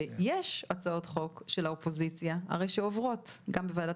שיש הצעות חוק של האופוזיציה הרי שעוברות גם בוועדת